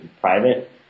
private